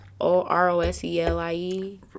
O-R-O-S-E-L-I-E